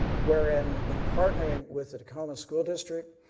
where in when partnering with the tacoma school district,